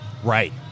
Right